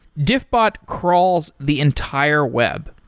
diffbot crawls the entire web.